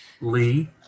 Lee